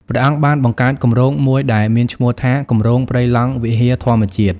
ព្រះអង្គបានបង្កើតគម្រោងមួយដែលមានឈ្មោះថា "គម្រោងព្រៃឡង់វិហារធម្មជាតិ"។